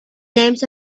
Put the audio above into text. names